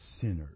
sinners